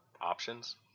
options